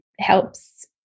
helps